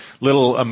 little